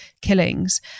killings